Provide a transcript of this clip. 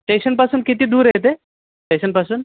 स्टेशनपासून किती दूर आहे ते स्टेशनपासून